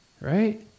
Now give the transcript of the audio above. right